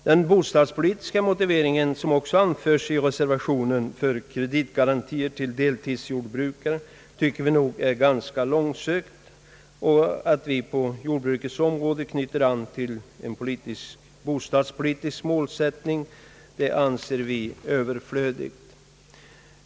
Den bostadspolitiska motiveringen, som också anförs i reservationen för kreditgarantier till deltidsjordbrukare, tycker vi är ganska långsökt. Att vi på jordbrukets område knyter an till en bostadspolitisk målsättning anser vi överflödigt.